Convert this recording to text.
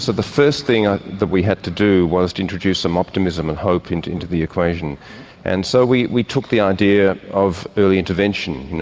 so the first thing ah that we had to do was to introduce some optimism and hope into into the equation and so we we took the idea of early intervention.